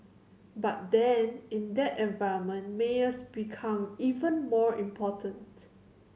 but then in that environment mayors become even more important